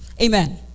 Amen